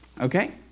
Okay